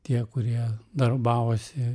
tie kurie darbavosi